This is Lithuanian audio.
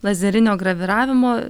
lazerinio graviravimo